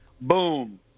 boom